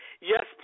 Yes